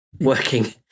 working